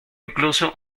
incluso